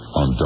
on